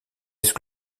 sous